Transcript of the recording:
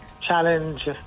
Challenge